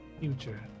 future